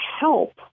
help